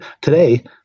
today